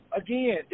again